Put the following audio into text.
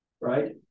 right